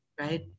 right